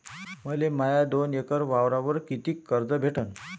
मले माया दोन एकर वावरावर कितीक कर्ज भेटन?